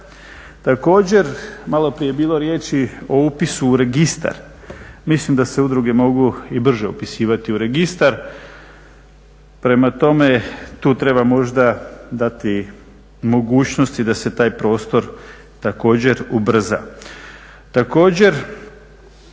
Također, maloprije je bilo riječi o upisu u registar, mislim da se udruge mogu i brže upisivati u registar, prema tome tu treba možda dati mogućnosti da se taj prostor također ubrza. Također,